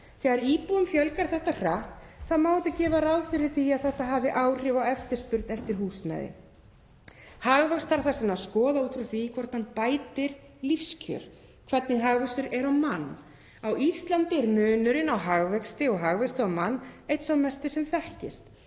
Þegar íbúum fjölgar þetta hratt má auðvitað gera ráð fyrir því að þetta hafi áhrif á eftirspurn eftir húsnæði. Hagvöxt þarf þess vegna að skoða út frá því hvort hann bætir lífskjör, hvernig hagvöxtur er á mann. Á Íslandi er munurinn á hagvexti og hagvexti á mann einn sá mesti sem þekkist.